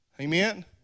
Amen